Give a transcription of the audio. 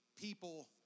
people